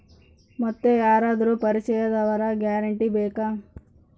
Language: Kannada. ಮತ್ತೆ ಯಾರಾದರೂ ಪರಿಚಯದವರ ಗ್ಯಾರಂಟಿ ಬೇಕಾ?